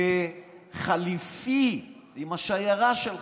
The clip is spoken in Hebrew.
כחליפי עם השיירה שלך.